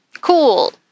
Cool